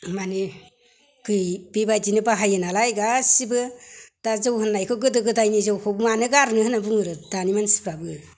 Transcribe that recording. माने बेबायदिनो बाहायो नालाय गासैबो दा जौ होननायखौ गोदो गोदायनि जौखौ मानो गारनो होनना बुङो दानि मानसिफोराबो